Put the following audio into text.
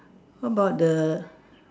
how about the